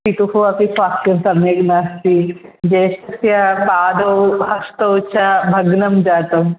पितुः अपि स्वास्थ्यं सम्यक् नास्ति ज्येष्ठस्य पादौ हस्तौ च भग्नं जातम्